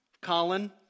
Colin